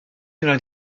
raid